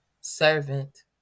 servant